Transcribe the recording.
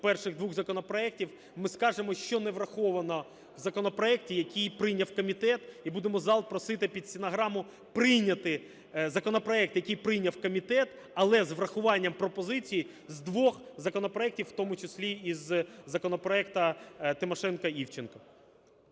перших двох законопроектів, ми скажемо, що не враховано у законопроекті, який прийняв комітет, і будемо зал просити, під стенограму, прийняти законопроект, який прийняв комітет. Але з урахуванням пропозицій з двох законопроектів, у тому числі законопроекту Тимошенко-Івченко.